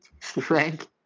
Frank